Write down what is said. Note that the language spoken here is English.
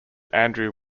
andrew